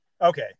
okay